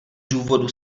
důvodů